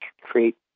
create